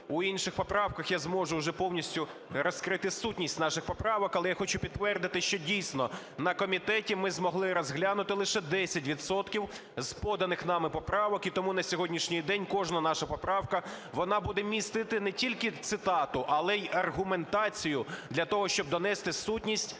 в інших поправках я зможу вже повністю розкрити сутність наших поправок. Але я хочу підтвердити, що дійсно на комітеті ми змогли розглянути лише 10 відсотків з поданих нами поправок, і тому на сьогоднішній день кожна наша поправка, вона буде містити не тільки цитату, але й аргументацію для того, щоб донести сутність